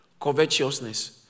Covetousness